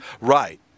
Right